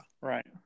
right